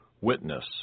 witness